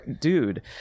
dude